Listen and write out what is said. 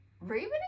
raven